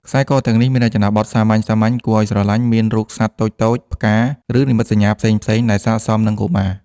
ខ្សែកទាំងនេះមានរចនាបថសាមញ្ញៗ គួរឱ្យស្រឡាញ់ ឬមានរូបសត្វតូចៗ ផ្កា ឬនិមិត្តសញ្ញាផ្សេងៗ ដែលស័ក្តិសមនឹងកុមារ។